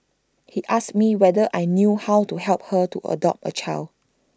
he asked me whether I knew how to help her to adopt A child